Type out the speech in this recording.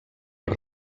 per